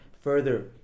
further